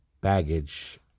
baggage